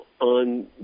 on